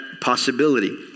possibility